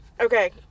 Okay